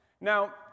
Now